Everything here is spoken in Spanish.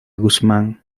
guzmán